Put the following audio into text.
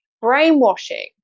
brainwashing